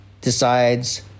decides